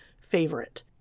favorite